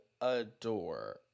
adore